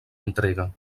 entrega